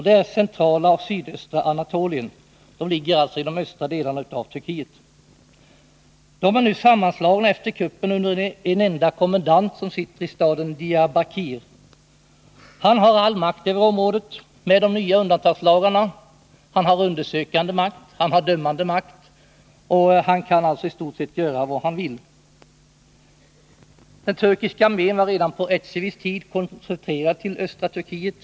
Det är Centrala och Sydöstra Anatolien, som ligger i de östra delarna av Turkiet. Efter kuppen är dessa län sammanslagna under en enda kommendant, som sitter i staden Diyarbakir. Han har, med de nya undantagslagarna, all makt över området. Han har både undersökande och dömande makt — han kan alltså i stort sett göra vad han vill. Den turkiska armén var redan på Ecevits tid koncentrerad till östra Turkiet.